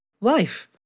life